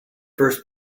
first